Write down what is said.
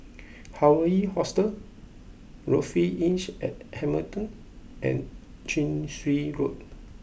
Hawaii Hostel Lofi Inns at Hamilton and Chin Swee Road